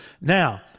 now